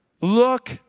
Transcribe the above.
Look